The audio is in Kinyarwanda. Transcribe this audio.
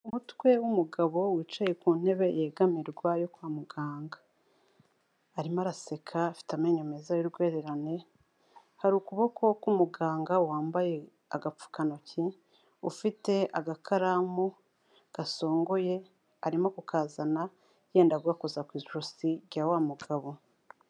Umutwe w'umugabo wicaye ku ntebe yegamirwa yo kwa muganga. Arimo araseka afite amenyo meza y'urwererane, hari ukuboko k'umuganga wambaye agapfukantoki ufite agakaramu gasongoye, arimo kukazana yenda kugakoza ku ijosi rya wa mugabo.